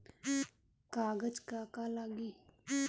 कागज का का लागी?